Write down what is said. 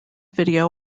video